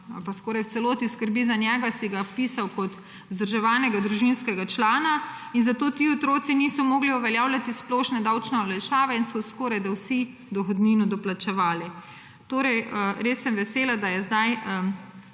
pa skoraj v celoti skrbi za njega, vpisal kot vzdrževanega družinskega člana. Zato ti otroci niso mogli uveljavljati splošne davčne olajšave in so skorajda vsi dohodnino doplačevali. Torej, res sem vesela, da je sedaj